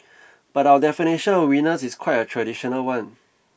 but our definition of winners is quite a traditional one